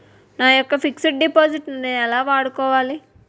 నా యెక్క fixed deposit ను నేను ఎలా వాడుకోవాలి?